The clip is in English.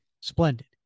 Splendid